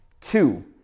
Two